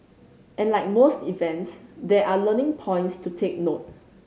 and like most events there are learning points to take note